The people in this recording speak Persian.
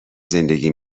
زندگی